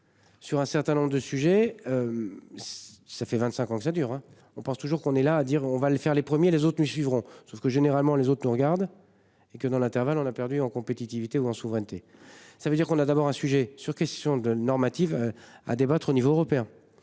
Sur un certain nombre de sujets. Ça fait 25 ans que ça dure hein. On pense toujours qu'on est là, à dire on va le faire les premiers, les autres les suivront, sauf que généralement les autres nous regarde et que dans l'intervalle on a perdu en compétitivité ou en souveraineté ça veut dire qu'on a d'abord un sujet sur question de normative. À débattre au niveau européen.